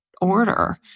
order